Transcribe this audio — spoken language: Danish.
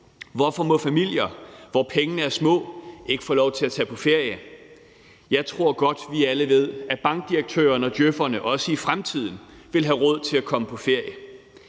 Hvorfor må familier, hvor pengene er små, ikke få lov til at tage på ferie? Jeg tror godt, vi alle ved, at bankdirektørerne og djøf'erne også i fremtiden vil have råd til at komme på ferie.